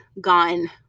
gone